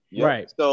Right